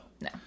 No